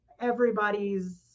everybody's